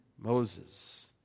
Moses